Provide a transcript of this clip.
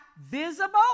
Visible